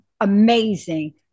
amazing